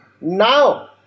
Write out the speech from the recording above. now